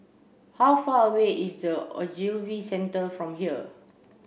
how far away is the Ogilvy Centre from here